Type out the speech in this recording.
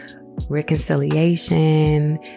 reconciliation